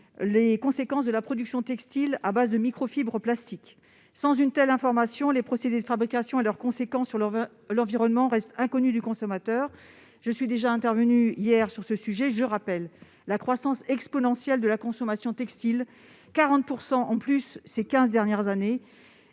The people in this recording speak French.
les conséquences de la production textile à base de microfibres plastiques. Sans une telle information, les procédés de fabrication et leurs conséquences sur l'environnement restent inconnus du consommateur. Je suis déjà intervenue sur le sujet hier. Je rappelle que la croissance de la consommation textile- 40 % en plus ces quinze dernières -est